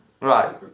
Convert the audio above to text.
Right